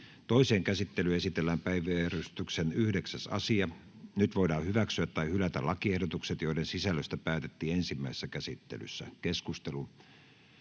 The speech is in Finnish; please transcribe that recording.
Toiseen käsittelyyn esitellään päiväjärjestyksen 7. asia. Nyt voidaan hyväksyä tai hylätä lakiehdotukset, joiden sisällöstä päätettiin ensimmäisessä käsittelyssä. — Keskustelu,